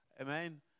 Amen